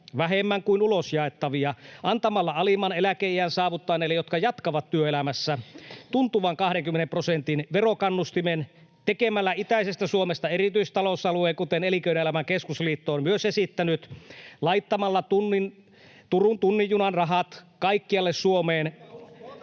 verokannustimen niille alimman eläkeiän saavuttaneille, jotka jatkavat työelämässä, tekemällä itäisestä Suomesta erityistalousalueen, kuten Elinkeinoelämän keskusliitto on myös esittänyt, laittamalla Turun tunnin junan rahat kaikkialle Suomeen